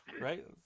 Right